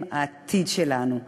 הם העתיד שלנו.